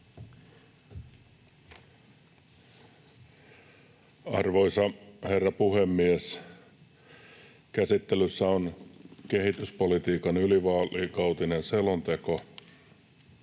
Arvoisa herra puhemies! Käsittelyssä on kehityspolitiikan ylivaalikautinen selonteko.